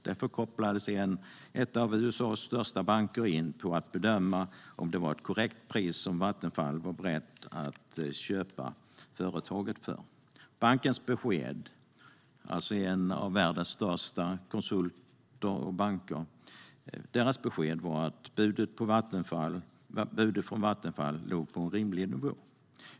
Därför kopplades en av USA:s största banker in för att bedöma om det var ett korrekt pris som Vattenfall var berett att köpa företaget för. Bankens besked - alltså en av världens största konsulter och banker - var att budet från Vattenfall låg på en rimlig nivå.